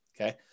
Okay